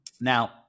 Now